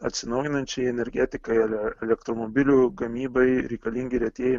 atsinaujinančiai energetikai ele elektromobilių gamybai reikalingi retieji